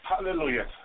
Hallelujah